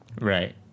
Right